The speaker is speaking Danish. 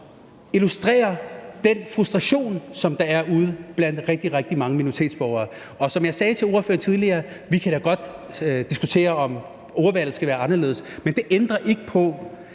illustrere den frustration, som der er ude blandt rigtig, rigtig mange minoritetsborgere. Og som jeg sagde til spørgeren tidligere, kan vi da godt diskutere, om ordvalget skal være anderledes, men det ændrer ikke på,